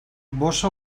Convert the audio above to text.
bossa